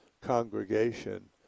congregation